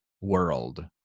world